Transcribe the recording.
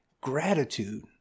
gratitude